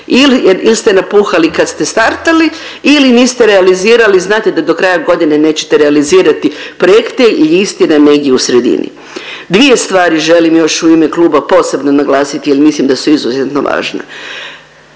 ili ste napuhali kad ste startali ili niste realizirali, znate da do kraja godine nećete realizirati projekte ili je istina negdje u sredini. Dvije stvari želim još u ime kluba posebno naglasiti jel mislim da su izuzetno važne.